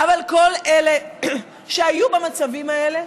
אבל כל אלה שהיו במצבים האלה,